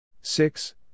Six